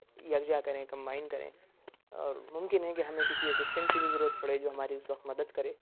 یکجا کریں کمبائن کریں اور ممکن ہے کہ ہمیں کسی اسسٹنٹ کی بھی ضرورت پڑے جو ہماری اس وقت مدد کرے